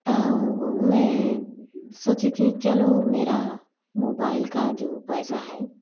तो मैं सोची कि चलो मेरा मोबाइल का जो पैसा है